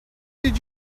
did